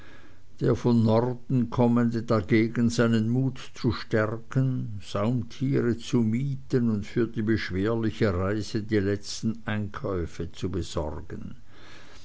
der von norden kommende dagegen seinen mut zu stärken saumtiere zu mieten und für die beschwerliche reise die letzten einkäufe zu besorgen